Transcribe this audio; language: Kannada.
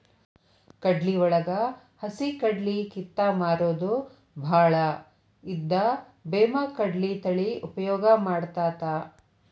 ಕಡ್ಲಿವಳಗ ಹಸಿಕಡ್ಲಿ ಕಿತ್ತ ಮಾರುದು ಬಾಳ ಇದ್ದ ಬೇಮಾಕಡ್ಲಿ ತಳಿ ಉಪಯೋಗ ಮಾಡತಾತ